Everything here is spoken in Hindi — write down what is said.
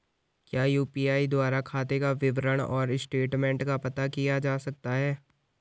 क्या यु.पी.आई द्वारा खाते का विवरण और स्टेटमेंट का पता किया जा सकता है?